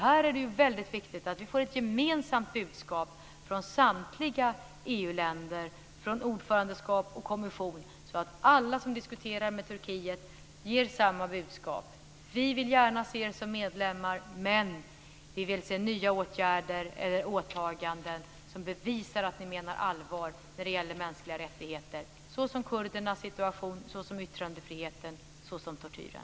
Här är det väldigt viktigt att vi får ett gemensamt budskap från samtliga EU-länder, från ordförandeland och kommission, så att alla som diskuterar med Turkiet ger samma budskap. Vi vill gärna se Turkiet som medlem, men vi vill se nya åtaganden som bevisar att de menar allvar när det gäller mänskliga rättigheter, såsom kurdernas situation, yttrandefriheten, tortyren.